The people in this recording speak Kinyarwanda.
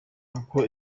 uko